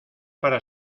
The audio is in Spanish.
para